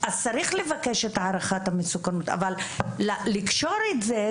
צריך לבקש את הערכת המסוכנות אבל לקשור את זה,